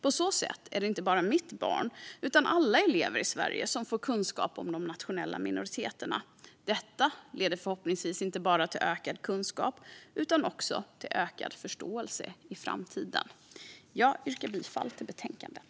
På så sätt är det inte bara mitt barn utan alla elever i Sverige som får kunskap om de nationella minoriteterna. Detta leder förhoppningsvis inte bara till ökad kunskap utan också till ökad förståelse i framtiden. Jag yrkar bifall till förslaget i betänkandet.